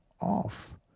off